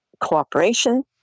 cooperation